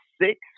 six